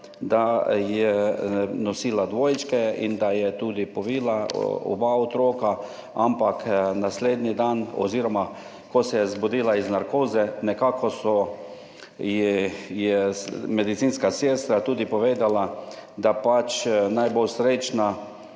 da je nosila dvojčke in da je tudi povila oba otroka, ampak naslednji dan oziroma ko se je zbudila iz narkoze, ji je medicinska sestra tudi povedala, da naj bo srečna,